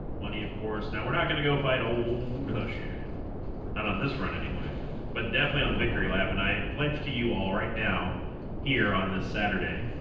money of course now we're not gonna go fight old gushie not on this run anyway but definitely on the victory lap and i pledge to you all right now here on this saturday